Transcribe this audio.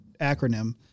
acronym